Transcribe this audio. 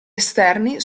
esterni